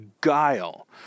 guile